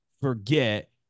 forget